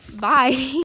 bye